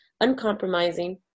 uncompromising